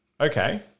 okay